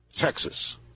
texas